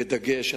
בדגש.